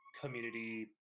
community